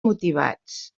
motivats